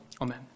Amen